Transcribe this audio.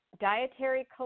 dietary